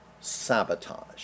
Sabotage